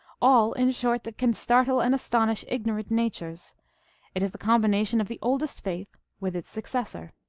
all, in short, that can startle and astonish ignorant natures it is the combination of the oldest faith with its successor.